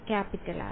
വിദ്യാർത്ഥി ആർ